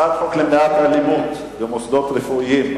הצעת חוק למניעת אלימות במוסדות רפואיים,